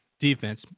defense